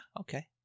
okay